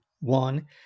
one